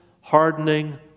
hardening